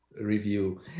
review